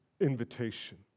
invitation